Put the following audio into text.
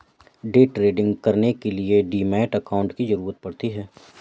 day trading करने के लिए डीमैट अकांउट की जरूरत पड़ती है